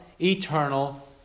eternal